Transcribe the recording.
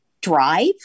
drive